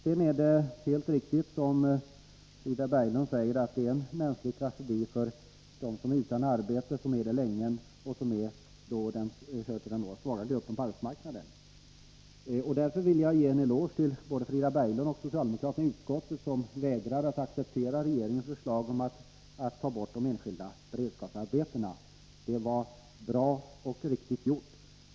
Det är helt riktigt som Frida Berglund säger, att det är en mänsklig tragedi för dem som är utan arbete länge och som hör till de svaga grupperna på arbetsmarknaden. Därför vill jag ge en eloge till både Frida Berglund och de Övriga socialdemokraterna i utskottet, som vägrade att acceptera regeringens förslag att ta bort de enskilda beredskapsarbetena. Det var bra och riktigt gjort.